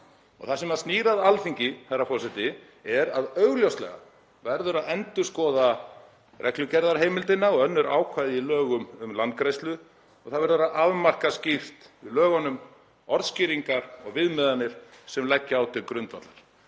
Það sem snýr að Alþingi, herra forseti, er að augljóslega verður að endurskoða reglugerðarheimildina og önnur ákvæði í lögum um landgræðslu og það verður að afmarka skýrt í lögunum orðskýringar og viðmiðanir sem leggja á til grundvallar.